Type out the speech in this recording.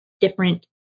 different